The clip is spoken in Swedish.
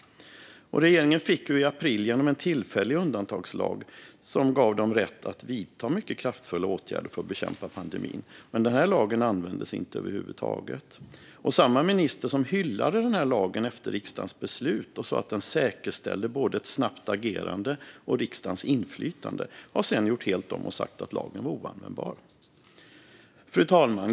Regeringen fick i april genom en tillfällig undantagslag rätt att vidta mycket kraftfulla åtgärder för att bekämpa pandemin, men den lagen användes över huvud taget inte. Samma minister som hyllade lagen efter riksdagens beslut och sa att den säkerställde ett snabbt agerande och riksdagens inflytande har sedan gjort helt om och sagt att lagen var oanvändbar. Fru talman!